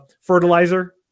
fertilizer